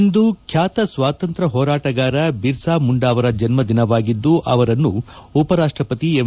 ಇಂದು ಖ್ಯಾತ ಸ್ವಾತಂತ್ರ್ಯ ಹೋರಾಟಗಾರ ಬಿರ್ಸಾಮುಂಡಾ ಅವರ ಜನ್ಮ ದಿನವಾಗಿದ್ದು ಅವರನ್ನು ಉಪರಾಷ್ಟಪತಿ ಎಂ